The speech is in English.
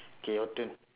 okay your turn